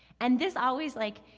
and this always, like,